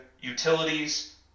utilities